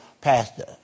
Pastor